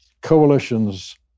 coalitions